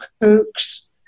cooks